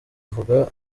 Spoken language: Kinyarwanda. avuga